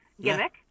gimmick